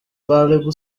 valuable